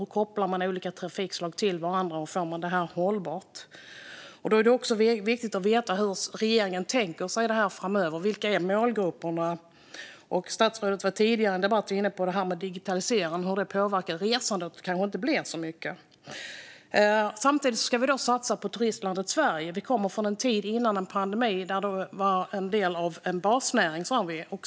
Hur kopplar man olika trafikslag till varandra, och hur gör man det hållbart? Det är viktigt att veta hur regeringen tänker sig detta framöver. Vilka är målgrupperna? Statsrådet var i en tidigare debatt inne på det här med digitalisering och hur det påverkar resandet. Det kanske inte blir så mycket. Samtidigt ska vi satsa på turistlandet Sverige. Vi kommer från en tid, innan en pandemi, då vi sa att detta var en av basnäringarna.